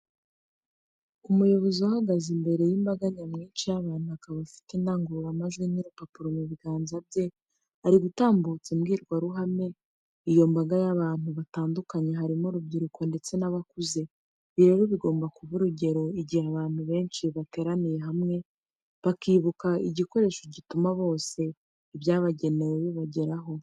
Umuyobozi uhagaze imbire y'imbaga nyamwishi y'abantu akaba afite indangururamajwi n'urupapuro mu biganza bye, arigutambutsa imbwirawaruhame iyo mbaga y'abantu batanduka harimo urubyiruko ndetse n'abakuze. Ibi rero bigomba kuba urugero igihe abantu beshi bateraniye hamwe bakibuka igikoresho gituma bose ibyabagenewe bibageraho.